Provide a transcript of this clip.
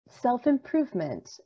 self-improvement